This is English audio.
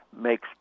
makes